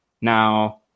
Now